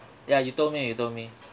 ya you told me you told me